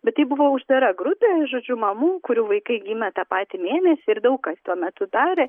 bet tai buvo uždara grupė žodžiu mamų kurių vaikai gimę tą patį mėnesį ir daug kas tuo metu darė